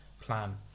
plan